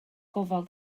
gofal